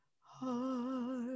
heart